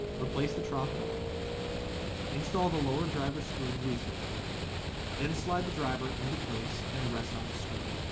replace the trough cover install the lower driver screw loosely then slide the driver into place and rest on the screw